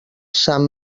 sant